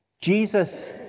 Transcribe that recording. Jesus